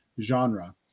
genre